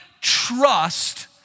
trust